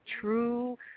true